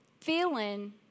feeling